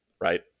right